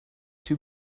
too